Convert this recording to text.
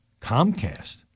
Comcast